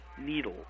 needle